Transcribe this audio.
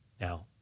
Now